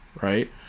right